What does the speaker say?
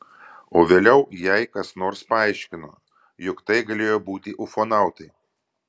o vėliau jai kas nors paaiškino jog tai galėjo būti ufonautai